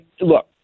Look